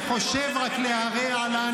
------ אז כל מי שחושב רק להרע לנו,